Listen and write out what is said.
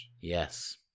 Yes